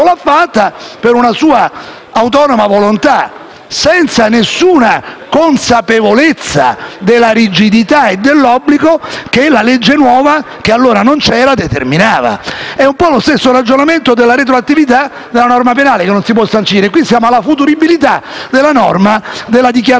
che la legge nuova, che allora non c'era, avrebbe determinato. È un po' lo stesso ragionamento della retroattività della norma penale, che non si può sancire; qui siamo alla futuribilità della norma sulla dichiarazione, che viene messa e inscatolata in un contesto diverso. È molto grave questo fatto, Presidente, dal punto di vista morale, etico e giuridico